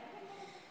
חוזרים לחייך.